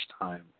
time